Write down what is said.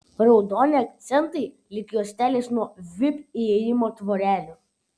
raudoni akcentai lyg juostelės nuo vip įėjimo tvorelių